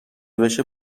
بشه